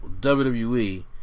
WWE